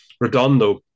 Redondo